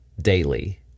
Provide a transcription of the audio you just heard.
daily